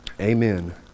Amen